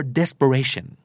desperation